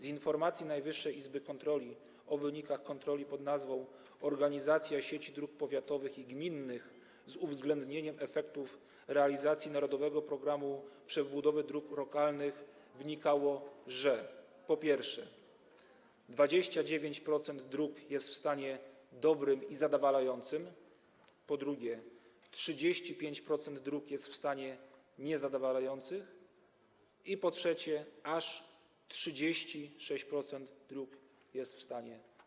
Z informacji przedstawionych przez Najwyższą Izby Kontroli na temat wyników kontroli pn. „Organizacja sieci dróg powiatowych i gminnych z uwzględnieniem efektów realizacji 'Narodowego programu przebudowy dróg lokalnych'” wynika, że: po pierwsze, 29% dróg jest w stanie dobrym i zadowalającym, po drugie, 35% dróg jest w stanie niezadowalającym, po trzecie, aż 36% dróg jest w złym stanie.